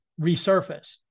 resurface